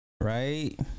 right